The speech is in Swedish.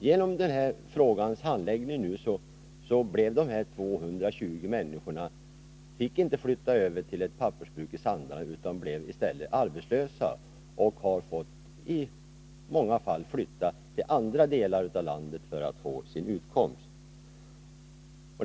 grund av det här ärendets handläggning fick inte dessa 220 människor flytta över till Sandarne. De blev i stället arbetslösa, och många av dem har tvingats flytta till andra delar av landet för att få sin utkomst.